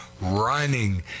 running